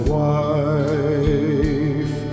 wife